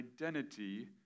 identity